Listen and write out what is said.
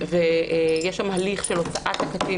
ויש שם הליך של הוצאת הקטין